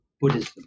Buddhism